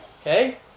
Okay